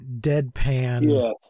deadpan